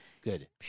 Good